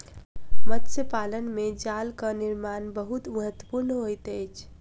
मत्स्य पालन में जालक निर्माण बहुत महत्वपूर्ण होइत अछि